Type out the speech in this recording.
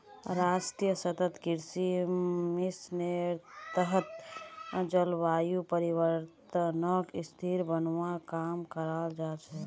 राष्ट्रीय सतत कृषि मिशनेर तहत जलवायु परिवर्तनक स्थिर बनव्वा काम कराल जा छेक